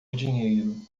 dinheiro